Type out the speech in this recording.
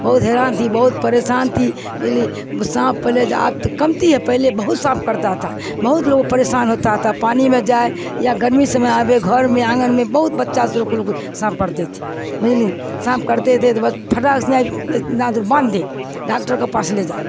بہت حیران تھی بہت پریشان تھی لیے سانپ پہلے آپ تو کمتی ہے پہلے بہت سانپ کرتا تھا بہت لوگوں پریشان ہوتا تھا پانی میں جائے یا گرمی سمے آئے گھر میں آنگن میں بہت بچہ سے لوگ لوگ سانپ کرتے تھے سانپ کرتے تھے تو بس پھٹاک سے اتنا دور باندھ دیں ڈاکٹر کے پاس لے جائے